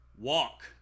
Walk